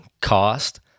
cost